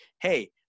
hey